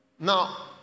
Now